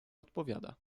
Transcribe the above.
odpowiada